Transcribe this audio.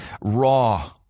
Raw